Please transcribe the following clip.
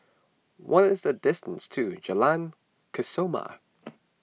what is the distance to Jalan Kesoma